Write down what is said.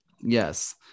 Yes